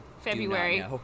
February